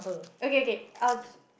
okay K !ouch!